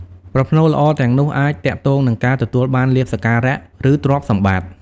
ប្រផ្នូលល្អទាំងនោះអាចទាក់ទងនឹងការទទួលបានលាភសក្ការៈ ឬទ្រព្យសម្បត្តិ។